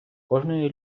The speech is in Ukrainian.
кожної